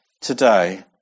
today